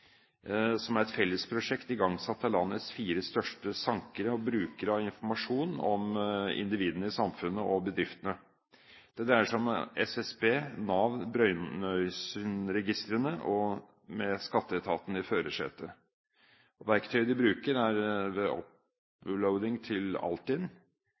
som er et felles prosjekt igangsatt av landets fire største sankere og brukere av informasjon, om individene i samfunnet og bedriftene. Det dreier seg om SSB, Nav, Brønnøysundregistrene og med Skatteetaten i førersetet. Verktøyet de bruker, er